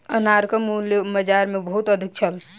अनारक मूल्य बाजार मे बहुत अधिक छल